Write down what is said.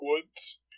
Woods